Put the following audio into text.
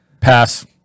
Pass